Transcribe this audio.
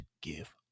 give